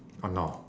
!hannor!